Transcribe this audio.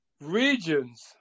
regions